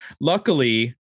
luckily